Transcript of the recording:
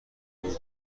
بود